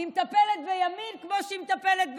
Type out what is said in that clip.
היא מטפלת בימין כמו שהיא מטפלת בשמאל.